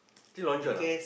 still Long-John ah